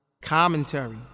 Commentary